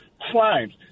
crimes